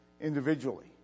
individually